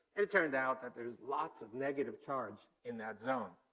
it turned out that there's lots of negative charge in that zone.